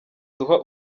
duha